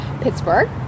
Pittsburgh